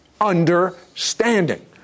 understanding